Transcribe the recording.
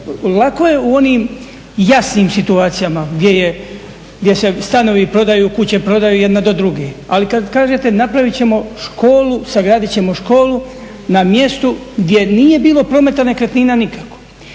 Lako je u onim jasnim situacijama gdje se stanovi prodaju, kuće prodaju jedna do druge, ali kad kažete napraviti ćemo školu, sagradit ćemo školu na mjestu gdje nije bilo prometa nekretnina nikako,